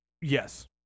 Yes